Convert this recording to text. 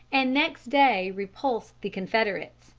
and next day repulsed the confederates,